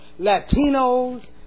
Latinos